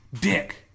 Dick